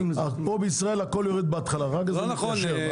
פה בישראל הכול יורד בהתחלה, אחר כך זה מתיישר.